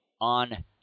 on